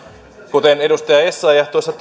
kuten edustaja essayah tuossa